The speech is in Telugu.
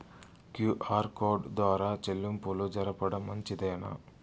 క్యు.ఆర్ కోడ్ ద్వారా చెల్లింపులు జరపడం మంచిదేనా?